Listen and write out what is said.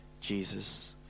Jesus